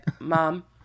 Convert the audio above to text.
Mom